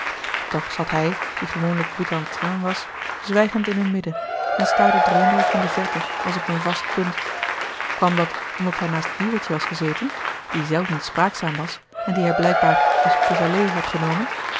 toch zat hij die gewoonlijk boute en train was zwijgend in hun midden en staarde droomerig in de verte als op een vast punt kwam dat omdat hij naast dieuwertje was gezeten die zelden spraakzaam was en die hij blijkbaar als pis aller had genomen